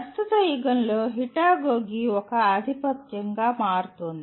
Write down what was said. ప్రస్తుత యుగంలో హ్యూటాగోగి ఒక ఆధిపత్యంగా మారుతుంది